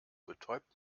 betäubt